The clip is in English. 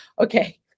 okay